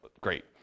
great